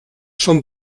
són